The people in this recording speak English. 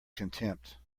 contempt